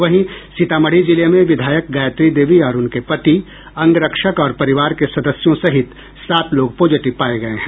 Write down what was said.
वहीं सीतामढ़ी जिले में विधायक गायत्री देवी और उनके पति अंगरक्षक और परिवार के सदस्यों सहित सात लोग पॉजिटिव पाये गये हैं